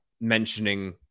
Mentioning